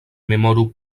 memoru